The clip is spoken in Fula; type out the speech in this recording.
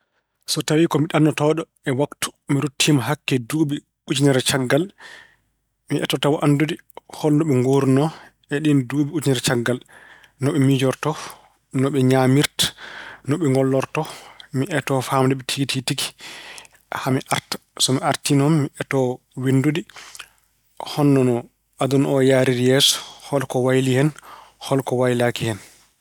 So tawi ko ɗannatooɗo e waktu. Mi ruttiima hakke duuɓi ujunere caggal. Mi etoto tawa anndude hono ɓe ngooruno e ɗiin duuɓi ujunere caggal: no ɓe miijirto, no ɓe ñaamirta, no ɓe ngollorto. Mi eto faamde ɓe tigi tigi haa mi arta. So mi artii noon, mi etoo winndude holno no aduna o yahriri yeeso, holko waylii hen, holko waylaaki hen.